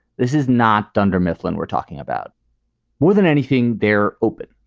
this is not dunder mifflin. we're talking about more than anything. they're open,